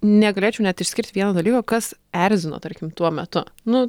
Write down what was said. negalėčiau net išskirti vieno dalyko kas erzino tarkim tuo metu nu